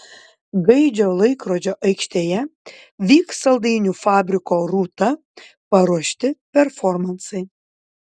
gaidžio laikrodžio aikštėje vyks saldainių fabriko rūta paruošti performansai